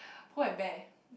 Pull and Bear